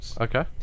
okay